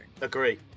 Agree